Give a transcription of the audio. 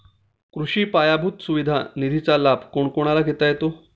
कृषी पायाभूत सुविधा निधीचा लाभ कोणाकोणाला घेता येतो?